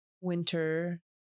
winter